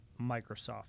Microsoft